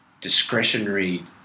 Discretionary